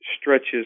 stretches